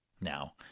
Now